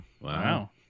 Wow